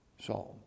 psalm